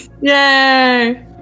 Yay